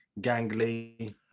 gangly